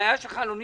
הבעיה שלך לא נפתרה.